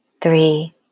three